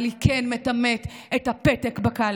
אבל היא כן מטמאת את הפתק בקלפי,